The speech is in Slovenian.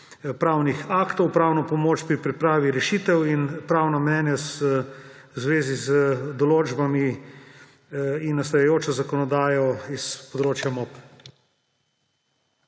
pravnih aktov, pravno pomoč pri pripravi rešitev in pravno mnenje v zvezi z določbami in nastajajočo zakonodajo s področja MOP.